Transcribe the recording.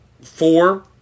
four